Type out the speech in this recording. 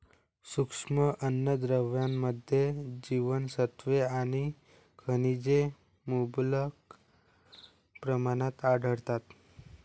सूक्ष्म अन्नद्रव्यांमध्ये जीवनसत्त्वे आणि खनिजे मुबलक प्रमाणात आढळतात